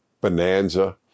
Bonanza